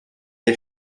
est